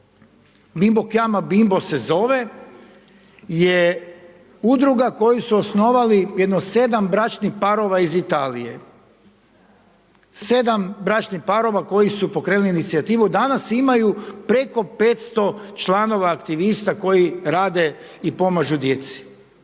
Bimbo Kjama Bimbo se zove je udruga koju su osnovali jedno 7 bračnih parova iz Italije, 7 bračnih parova koji su pokrenuli inicijativu, danas imaju preko 500 članova aktivista koji rade i pomažu djeci.